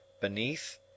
beneath—